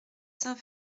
saint